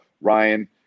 Ryan